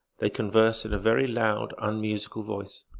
they converse in a very loud, unmusical voice.